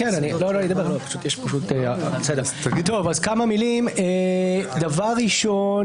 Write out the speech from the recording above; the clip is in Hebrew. והיא ביקשה שהדברים יובהרו בצורה ברורה